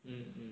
mm